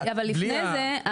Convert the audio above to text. אבל לפני זה,